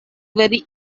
very